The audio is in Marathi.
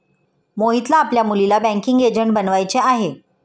मोहितला आपल्या मुलीला बँकिंग एजंट बनवायचे आहे